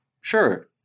Sure